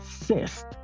assist